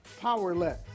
powerless